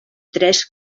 tres